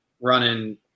running